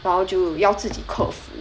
然后就要自己客服